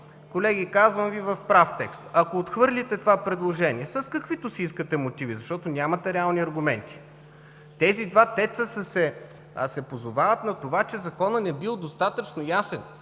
Колеги, казвам Ви в прав текст: можете да отхвърлите това предложение с каквито си искате мотиви, защото нямате реални аргументи. Тези два ТЕЦ-а се позовават на това, че Законът не бил достатъчно ясен.